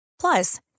Plus